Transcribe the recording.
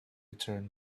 return